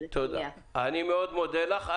אני מאוד מודה לך.